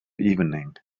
evening